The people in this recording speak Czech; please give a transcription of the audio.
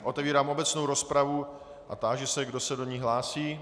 Otevírám obecnou rozpravu a táži se, kdo se do ní hlásí.